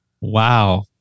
Wow